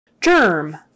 Germ